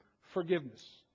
forgiveness